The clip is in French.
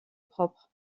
propre